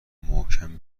محکم